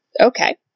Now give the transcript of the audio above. Okay